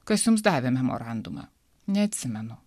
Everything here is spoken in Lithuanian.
kas jums davė memorandumą neatsimenu